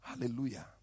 Hallelujah